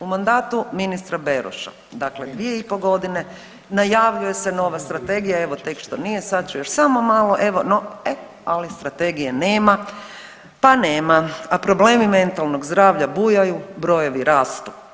U mandatu ministra Beroša, dakle 2,5.g. najavljuje se nova strategija, evo tek što nije, sad će, još samo malo, evo no e ali strategije nema, pa nema, a problemi mentalnog zdravlja bujaju, brojevi rastu.